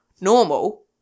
normal